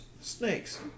Snakes